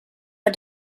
are